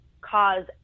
cause